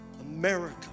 America